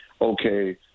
okay